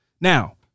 Now